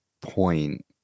point